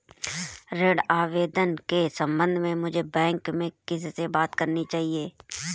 ऋण आवेदन के संबंध में मुझे बैंक में किससे बात करनी चाहिए?